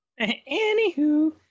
anywho